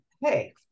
hey